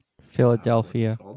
Philadelphia